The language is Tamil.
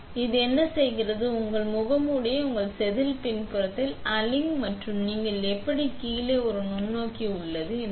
எனவே இது என்ன செய்கிறது உங்கள் முகமூடியை உங்கள் செதில் பின்புறத்தில் அலிங் மற்றும் நீங்கள் எப்படி கீழே ஒரு நுண்ணோக்கி உள்ளது